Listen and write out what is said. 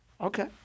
Okay